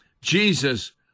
Jesus